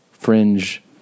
fringe